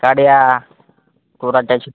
काड्या कोऱ्हाट्याची